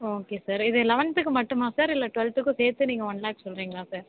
okay sir இது லெவன்த்துக்கு மட்டுமா சார் இல்லை டுவெல்த்துக்கும் சேர்த்து நீங்கள் ஒன் லேக் சொல்லுறீங்களா சார்